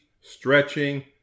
stretching